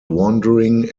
wandering